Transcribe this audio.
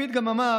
לפיד גם אמר